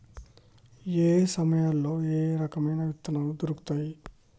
ఏయే సమయాల్లో ఏయే రకమైన విత్తనాలు దొరుకుతాయి?